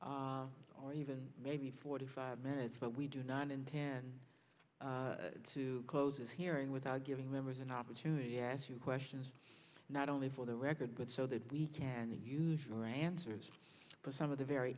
hour or even maybe forty five minutes but we do not intend to close this hearing without giving members an opportunity yes your question is not only for the record but so that we can use your answers to some of the very